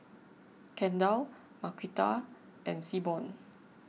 Kendall Marquita and Seaborn